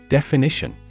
Definition